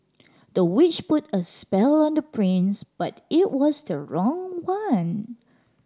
the witch put a spell on the prince but it was the wrong one